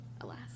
Alas